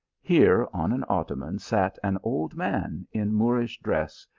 here on an ottoman sat an old man in moorish dress,